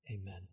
amen